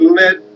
let